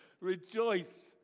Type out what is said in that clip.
Rejoice